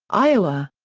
iowa.